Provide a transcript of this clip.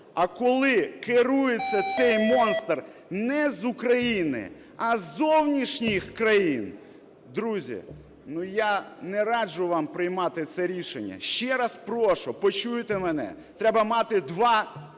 А коли керується цей монстр не з України, а з зовнішніх країн, друзі, ну, я не раджу вам приймати це рішення. Ще раз прошу, почуйте мене, треба мати 2 незалежних